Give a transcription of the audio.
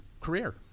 career